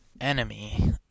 enemy